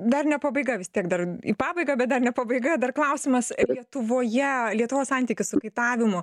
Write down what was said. dar ne pabaiga vis tiek dar į pabaigą bet dar ne pabaiga dar klausimas lietuvoje lietuvos santykis su kaitavimu